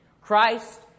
Christ